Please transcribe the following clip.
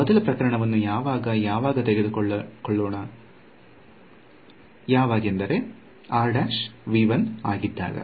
ಮೊದಲ ಪ್ರಕರಣವನ್ನು ಯಾವಾಗ ಯಾವಾಗ ತೆಗೆದುಕೊಳ್ಳೋಣ ಆಗಿದ್ದಾಗ